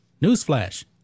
Newsflash